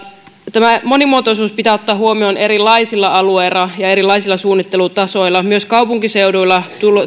monimuotoisuus pitää ottaa huomioon erilaisilla alueilla ja erilaisilla suunnittelutasoilla myös kaupunkiseuduilla